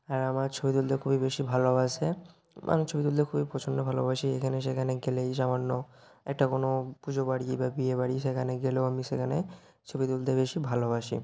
আর আমার ছবি তুলতে খুবই বেশি ভালবাসি আমি ছবি তুলতে খুবই প্রচণ্ড ভালোবাসি এখানে সেখানে গেলেই সামান্য একটা কোনো পুজোবাড়ি বা বিয়েবাড়ি সেখানে গেলেও আমি সেখানে ছবি তুলতে বেশি ভালোবাসি